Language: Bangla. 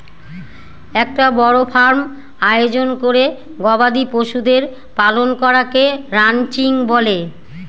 একটা বড় ফার্ম আয়োজন করে গবাদি পশুদের পালন করাকে রানচিং বলে